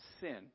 sin